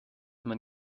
man